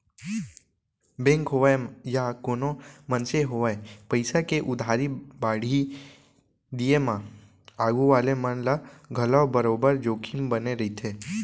bank होवय या कोनों मनसे होवय पइसा के उधारी बाड़ही दिये म आघू वाले मन ल घलौ बरोबर जोखिम बने रइथे